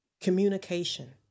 communication